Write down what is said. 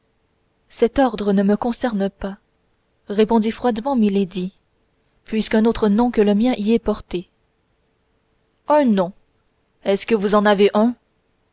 cet ordre ne me concerne pas répondit froidement milady puisqu'un autre nom que le mien y est porté un nom est-ce que vous en avez un